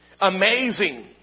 Amazing